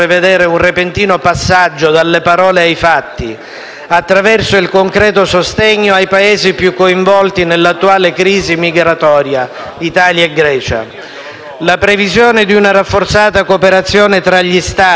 La previsione di una rafforzata cooperazione tra gli Stati, scaturita dagli accordi de La Valletta, al fine di facilitare il ritorno e la reintegrazione dei migranti irregolari nei Paesi di origine, rimane ancora lettera morta.